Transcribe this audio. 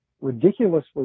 ridiculously